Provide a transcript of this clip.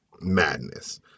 madness